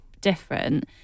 different